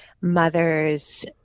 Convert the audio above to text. mothers